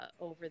over